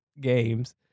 games